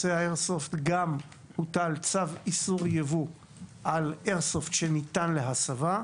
גם הוטל צו איסור יבוא על "איירסופט" שניתן להסבה,